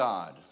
God